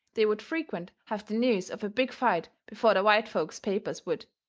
they would frequent have the news of a big fight before the white folks' papers would.